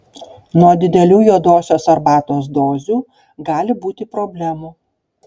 nuo didelių juodosios arbatos dozių gali būti problemų